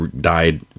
died